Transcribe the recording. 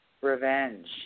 revenge